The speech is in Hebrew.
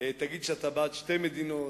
תגיד שאתה בעד שתי מדינות,